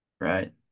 Right